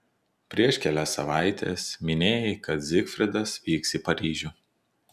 prieš kelias savaites minėjai kad zigfridas vyks į paryžių